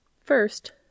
First